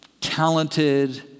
talented